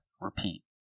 repeat